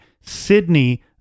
Sydney